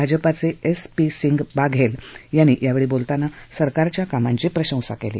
भाजपाचे S P Singh Baghel यांनी यावेळी बोलतांना सरकारच्या कामांची प्रशंसा केली